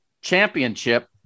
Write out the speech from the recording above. championship